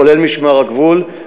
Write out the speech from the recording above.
כולל משמר הגבול.